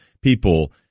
people